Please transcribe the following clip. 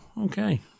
okay